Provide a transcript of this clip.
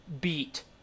beat